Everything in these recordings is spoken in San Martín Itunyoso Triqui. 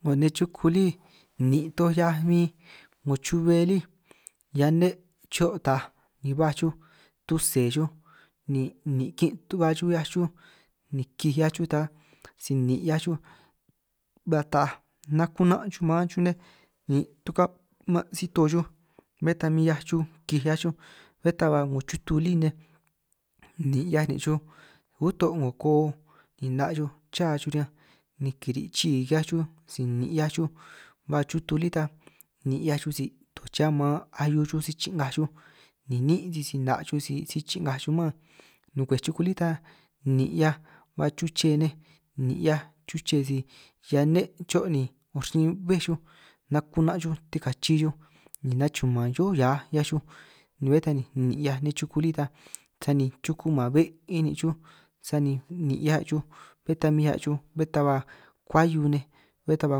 'Ngo nej chuku lí nin' toj 'hiaj min 'ngo chu'be lí hiaj nne cho' taaj ni baj xuj tuse chuj ni kin' tu'ba xuj 'hiaj xuj, ni kij 'hiaj xuj ta si nin' 'hiaj xuj ba taaj ni naku'na' xuj ma'an xuj nej ni tuka'man' si-to xuj, bé ta min 'hiaj xuj kij 'hiaj xuj bé ta ba 'ngo chutu lí nej nin' 'hiaj nin' xuj, uto' 'ngo ko'o ni 'na' xuj cha chuj riñanj ni kiri' chii' ki'hiaj xuj si nin' 'hiaj xuj, ba chutu lí ta ni 'hiaj xuj si tucha maan ahiu xuj si chi'ngaj xuj ni niín' sisi 'na' xuj si chi'ngaj chuj mán nukwej chuku lí ta nin' 'hiaj, ba chuche nej nin' 'hiaj chuche si hiaj nne' cho' ni urin bej xuj, nakunaj xuj tikachi xuj ni nachu'man xó hiaj 'hiaj xuj ni bé ta ni nin' 'hiaj nej chuku lí ta, sani chuku man be' 'in nin' xuj sani nin' 'hiaj xuj bé ta min 'hiaj xuj bé ta ba kuahiu nej bé ta ba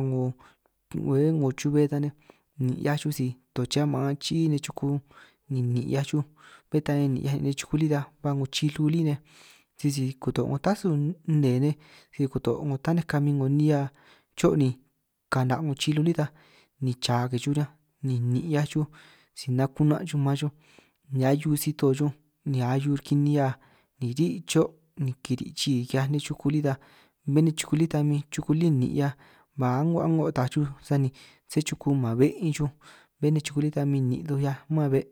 'ngo bé 'ngo chube ta nej, nin' 'hiaj xuj si tuche maan chií' nej xuku ni nin' 'hiaj xuj bé ta nin' 'hiaj nej xuku lí ta, ba 'ngo chilu lí nej sisi kuto' 'ngo tasu nnee nej si kuto' tanej kamin 'ngo nihia choj nej ka'na' 'ngo chilú lí ta ni cha ke xuj riñanj, ni nin' 'hiaj xuj si naku'na' xuj ma'an xuj ni ahiu si-to chuj ni ahiu riki nihia ni ri' xo' ni kiri' chii ki'hiaj nej chuku lí ta, bé nej chuku lí ta min chuku lí nin' 'hiaj ba a'ango a'ngo taaj chuj sani sé chuku man be' bin chuj, bé nej chuku lí ta min nin' toj 'hiaj mán be'.